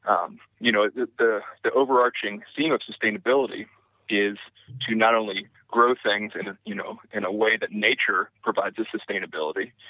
um you know the the overarching theme of sustainability is to not only grow things and you know in a way that nature provides the sustainability,